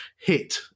hit